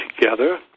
together